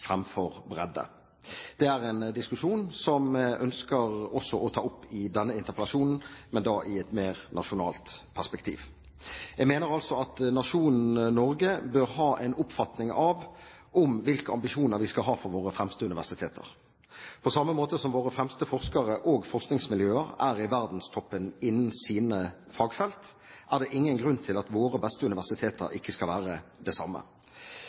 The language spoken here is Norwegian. framfor bredde. Det er en diskusjon som jeg også ønsker å ta opp i denne interpellasjonen, men da i et mer nasjonalt perspektiv. Jeg mener altså at nasjonen Norge bør ha en oppfatning om hvilke ambisjoner vi skal ha for våre fremste universiteter. Våre fremste forskere og forskningsmiljøer er i verdenstoppen innen sine fagfelt, og det er ingen grunn til at våre beste universiteter ikke skal være det samme.